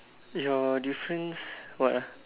your difference what ah